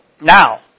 Now